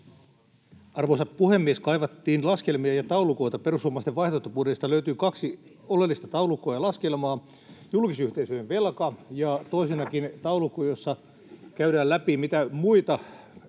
Arvoisa puhemies! Kaivattiin laskelmia ja taulukoita. Perussuomalaisten vaihtoehtobudjetista löytyy kaksi oleellista taulukkoa ja laskelmaa: julkisyhteisöjen velka ja toisena taulukko, jossa käydään läpi, mitä muita